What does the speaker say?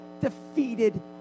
defeated